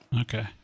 okay